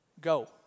go